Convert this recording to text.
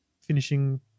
finishing